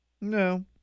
No